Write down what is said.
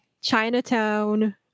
chinatown